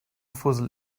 fussel